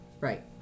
Right